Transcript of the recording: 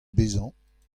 bezañ